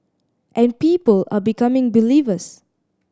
and people are becoming believers